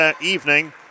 evening